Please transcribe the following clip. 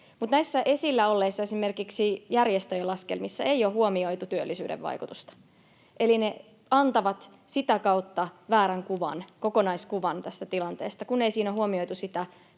näissä esillä olleissa esimerkiksi järjestöjen laskelmissa ei ole huomioitu työllisyyden vaikutusta, eli ne antavat sitä kautta väärän kokonaiskuvan tästä tilanteesta, kun ei ole huomioitu sitä